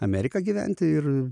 amerika gyventi ir